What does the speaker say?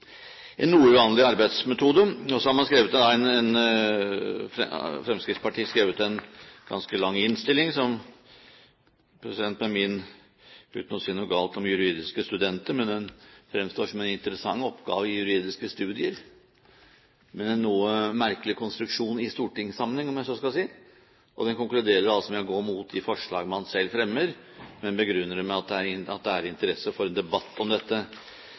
en noe uvanlig arbeidsmetode. Så har Fremskrittspartiet skrevet en ganske lang innstilling som, uten å si noe galt om juridiske studenter, fremstår som en interessant oppgave i juridiske studier, men en noe merkelig konstruksjon i stortingssammenheng, om jeg så skal si. Den konkluderer altså med å gå imot de forslag man selv fremmer, men begrunnes med at det er interesse for en debatt om dette.